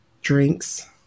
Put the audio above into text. drinks